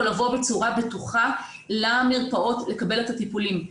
לבוא בצורה בטוחה למרפאות לקבל את הטיפולים.